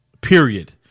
Period